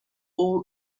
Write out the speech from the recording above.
all